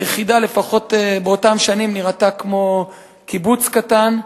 היחידה, לפחות באותן שנים, נראתה כמו קיבוץ קטן.